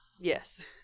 yes